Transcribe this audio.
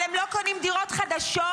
ההפקרה של הדיור הציבורי שנעשתה השנה,